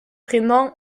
prénom